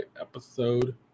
episode